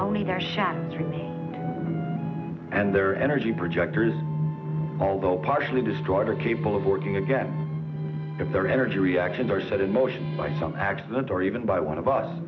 shack and their energy projectors although partially destroyed are capable of working again that their energy reactions are set in motion by some accident or even by one of us